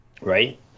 Right